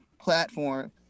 platform